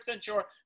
sure